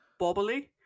bobbly